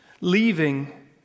leaving